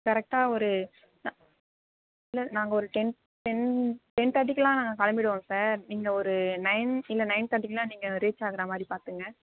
கரெக்டாக ஒரு இல்லை நாங்கள் ஒரு டென் டென் டென் தேர்ட்டிக்கெலாம் நாங்கள் கிளம்பிடுவோம் சார் நீங்கள் ஒரு நைன் இல்லை நைன் தேர்ட்டிக்கெலாம் நீங்கள் ரீச் ஆகிற மாதிரி பார்த்துக்குங்க